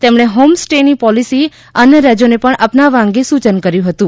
તેમણે home stay ની policy અન્ય રાજ્યોને પણ અપનાવવા અંગે સુચન કર્યું હતું